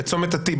בצומת ה-T,